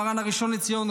מרן הראשון לציון,